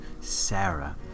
Sarah